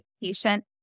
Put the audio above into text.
patient